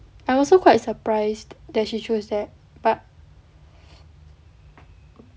I also quite surprised that she chose that but